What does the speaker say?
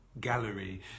gallery